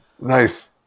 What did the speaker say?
Nice